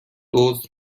دزد